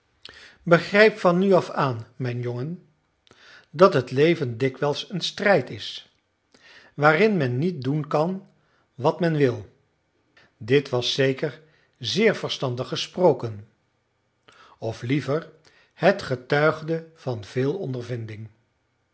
begrijp van nu af aan mijn jongen dat het leven dikwijls een strijd is waarin men niet doen kan wat men wil dit was zeker zeer verstandig gesproken of liever het getuigde van veel ondervinding